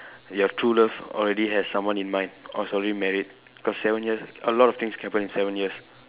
your true love already has someone in mind or already married because seven years a lot of things can happen in seven years